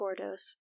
Gordos